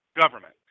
government